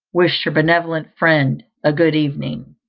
wished her benevolent friend a good evening.